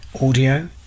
audio